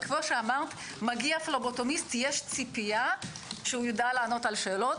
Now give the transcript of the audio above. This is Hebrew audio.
כפי שאמרת מגיע פבלוטומיסט - יש ציפייה שיידע לענות על שאלות.